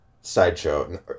sideshow